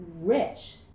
rich